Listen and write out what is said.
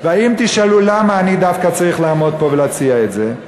אם תשאלו למה אני דווקא צריך לעמוד פה ולהציע את זה,